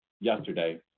yesterday